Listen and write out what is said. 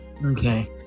Okay